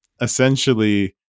Essentially